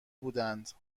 بودند